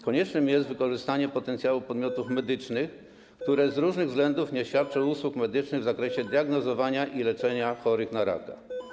Konieczne jest wykorzystanie potencjału podmiotów medycznych, które z różnych względów nie świadczą usług medycznych w zakresie diagnozowania i leczenia chorych na raka.